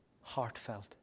heartfelt